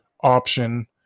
option